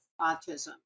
autism